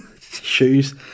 shoes